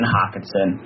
Hawkinson